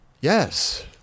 Yes